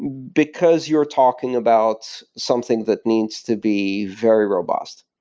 because you're talking about something that needs to be very robust.